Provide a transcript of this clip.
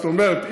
זאת אומרת,